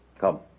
Come